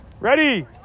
Ready